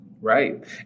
Right